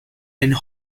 and